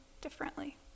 differently